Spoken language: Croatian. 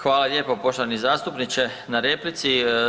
Hvala lijepo poštovani zastupniče na replici.